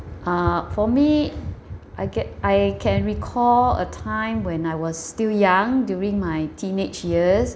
uh for me I get I can recall a time when I was still young during my teenage years